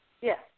Yes